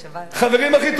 חברים הכי טובים.